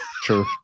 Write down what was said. Sure